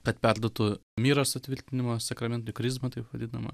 kad perduotų myro sutvirtinimo sakramentui krizmą taip vadinamą